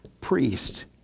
priest